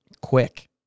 quick